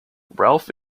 ralph